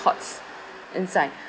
thoughts inside